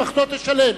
שמשפחתו תשלם,